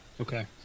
Okay